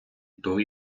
той